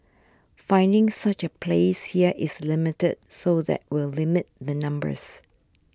finding such a place here is limited so that will limit the numbers